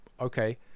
okay